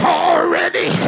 already